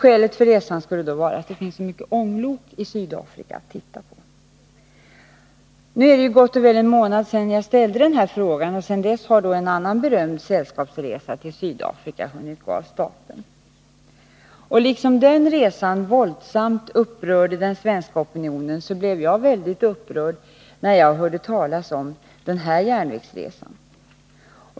Skälet för resan skulle vara att det finns så många ånglok i Sydafrika att titta på. Det är nu gott och väl en månad sedan jag ställde den här frågan, och sedan dess har en annan berömd sällskapsresa till Sydafrika hunnit gå av stapeln. Liksom den resan våldsamt upprörde den svenska opinionen blev jag väldigt 11 upprörd när jag hörde talas om den här järnvägsresan.